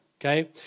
okay